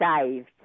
saved